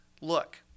look